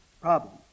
problem